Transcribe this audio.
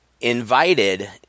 invited